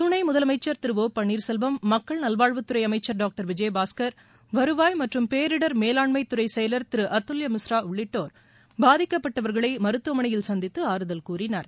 துணை முதலமைச்சர் திரு ஓ பன்னீர்செல்வம் மக்கள் நல்வாழ்வுத் துறை அமைச்சர் டாக்டர் விஜயபாஸ்கர் வருவாய் மற்றும் பேரிடர் மேலாண்மை துறை செயலர் திரு அதுல்ய மிஸ்ரா உள்ளிட்டோர் பாதிக்கப்பட்டவர்களை மருத்துவமனையில் சந்தித்து ஆறுதல் கூறினர்